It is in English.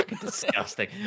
Disgusting